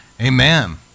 amen